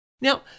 Now